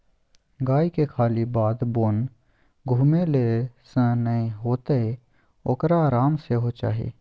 गायके खाली बाध बोन घुमेले सँ नै हेतौ ओकरा आराम सेहो चाही